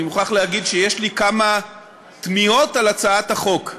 אני מוכרח להגיד שיש לי כמה תמיהות על הצעת החוק.